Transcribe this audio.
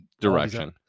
Direction